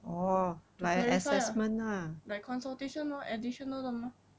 like consultation lor additional 的 mah